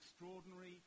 extraordinary